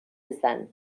izan